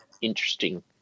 interesting